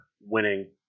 winning